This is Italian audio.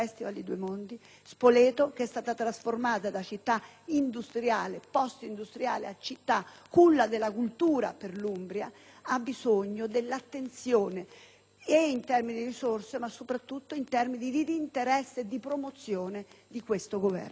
Spoleto, che è stata trasformata da città industriale, postindustriale, a città culla della cultura per l'Umbria, ha bisogno di attenzione, sia in termini di risorse sia, e soprattutto, in termini di interesse e di promozione da parte di questo Governo.